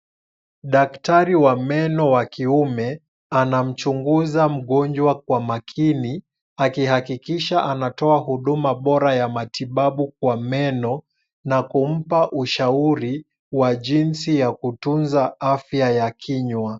Daktari wa meno wa kiume anamchunguza mgonjwa kwa makini akihakikisha anatoa huduma bora ya matibabu kwa meno na kumpa ushauri wa jinsi ya kutunza afya ya kinywa.